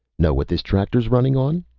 know what this tractor's running on?